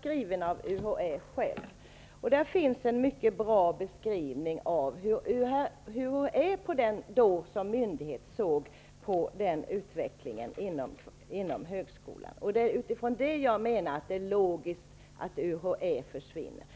skriven av UHÄ, finns en mycket bra beskrivning av hur UHÄ då som myndighet såg på utvecklingen inom högskolan. Det är utifrån detta som jag menar att det är logiskt att UHÄ försvinner.